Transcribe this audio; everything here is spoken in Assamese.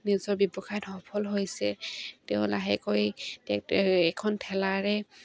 নিজৰ ব্যৱসায়ত সফল হৈছে তেওঁ লাহেকৈ এখন ঠেলাৰে